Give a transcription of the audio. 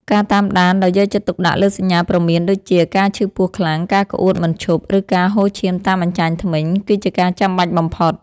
ការតាមដានដោយយកចិត្តទុកដាក់លើសញ្ញាព្រមានដូចជា ការឈឺពោះខ្លាំង ការក្អួតមិនឈប់ ឬការហូរឈាមតាមអញ្ចាញធ្មេញ គឺជាការចាំបាច់បំផុត។